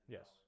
Yes